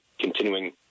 continuing